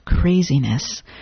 craziness